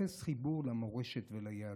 אפס חיבור למורשת וליהדות.